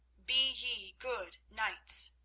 be ye good knights.